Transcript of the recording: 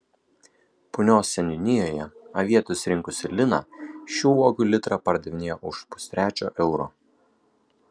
punios seniūnijoje avietes rinkusi lina šių uogų litrą pardavinėjo už pustrečio euro